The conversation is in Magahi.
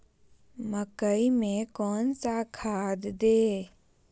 मकई में कौन सा खाद दे?